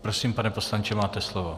Prosím, pane poslanče, máte slovo.